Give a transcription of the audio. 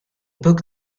book